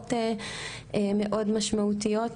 תוצאות מאוד משמעותיות.